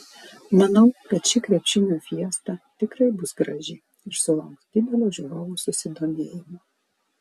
manau kad ši krepšinio fiesta tikrai bus graži ir sulauks didelio žiūrovų susidomėjimo